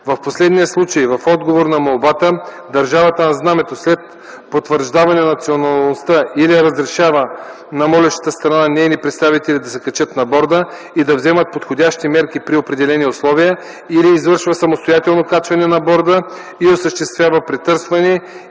В последния случай в отговор на молбата държавата на знамето след потвърждаване на националността или разрешава на молещата страна нейни представители да се качат на борда и да вземат подходящи мерки при определени условия, или извършва самостоятелно качване на борда и осъществява претърсване